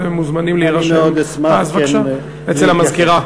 אתם מוזמנים להירשם אצל המזכירה.